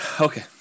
okay